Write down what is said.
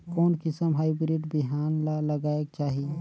कोन किसम हाईब्रिड बिहान ला लगायेक चाही?